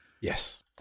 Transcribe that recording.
Yes